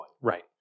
Right